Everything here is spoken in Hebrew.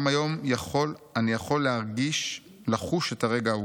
"גם היום אני יכול להרגיש, לחוש את הרגע ההוא.